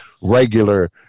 regular